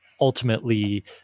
ultimately